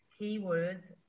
keywords